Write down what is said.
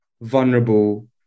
vulnerable